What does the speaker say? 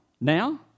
Now